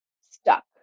stuck